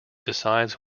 decides